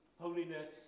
holiness